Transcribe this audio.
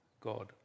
God